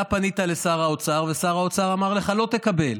אתה פנית לשר האוצר, ושר האוצר אמר לך: לא תקבל.